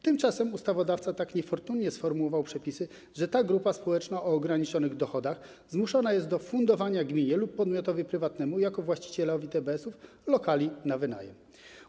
Tymczasem ustawodawca tak niefortunnie sformułował przepisy, że ta grupa społeczna o ograniczonych dochodach zmuszona jest do fundowania gminie lub podmiotowi prywatnemu jako właścicielowi TBS-ów lokali na wynajem.